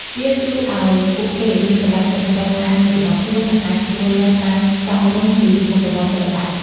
វាជួយឲ្យពួកគេមានកម្លាំងចិត្តបន្តការងាររបស់ខ្លួន និងអាចរស់នៅបានសមរម្យពីមុខរបរសិល្បៈ។